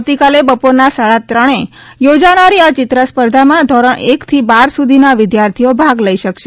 આવતીકાલે બપોરના સાડા ત્રણે યોજાનારી આ ચિત્રસ્પર્ધામાં ધોરણ એકથી બાર સુધીના વિદ્યાર્થીઓ ભાગ લઈ શકશે